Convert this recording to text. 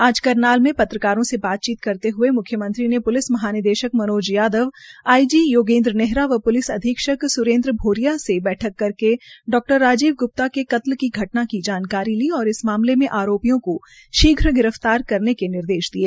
आज करनाल में पत्रकारों से बातचीत करते हये म्ख्यमंत्री ने प्लिस महानिदेशक मनोज यादव आई जी योगेन्द्र नेहरा व प्लिस अधीक्षक स्रेन्द्र भोरिया से बैठक करके डा राजीव ग्प्ता के कत्ल की घटना की जानकारी ली और इस मामले में आरोपियों को शीघ्र गिरफ्तार करने के निर्देश दिये